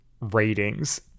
ratings